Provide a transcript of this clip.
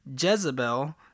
Jezebel